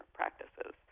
practices